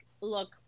look